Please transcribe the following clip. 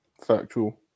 Factual